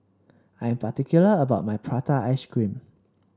I am particular about my Prata Ice Cream